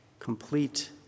complete